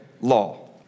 law